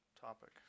topic